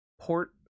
port